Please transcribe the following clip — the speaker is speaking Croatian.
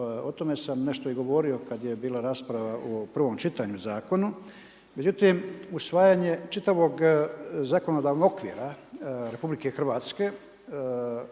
o tome sam nešto i govorio kada je bila rasprava u prvom čitanju Zakona. Međutim, usvajanje čitavog zakonodavnog okvira Republike Hrvatske